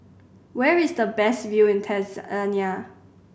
where is the best view in Tanzania